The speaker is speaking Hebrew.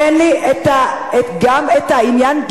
תן לי גם את העניין לטפל,